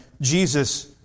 Jesus